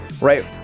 right